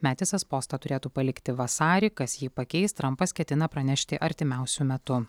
metisas postą turėtų palikti vasarį kas jį pakeis trampas ketina pranešti artimiausiu metu